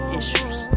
issues